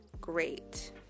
great